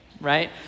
right